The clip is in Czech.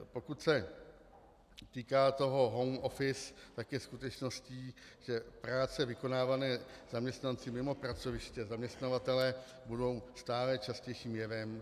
Pokud se týká toho home office, tak je skutečností, že práce vykonávané zaměstnanci mimo pracoviště zaměstnavatele budou stále častějším jevem.